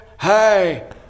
Hey